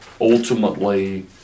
ultimately